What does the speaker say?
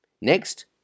Next